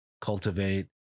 cultivate